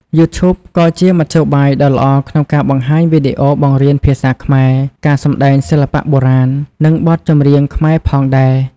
យូធូបក៏ជាមធ្យោបាយដ៏ល្អក្នុងការបង្ហាញវីដេអូបង្រៀនភាសាខ្មែរ ការសម្តែងសិល្បៈបុរាណ និងបទចម្រៀងខ្មែរផងដែរ។